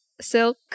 Silk